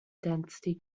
density